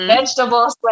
Vegetables